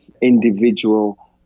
individual